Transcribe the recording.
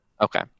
Okay